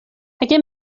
اگر